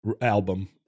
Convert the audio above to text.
album